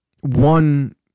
one